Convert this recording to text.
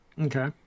Okay